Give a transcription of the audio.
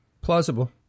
plausible